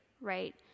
right